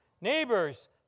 neighbors